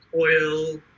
oil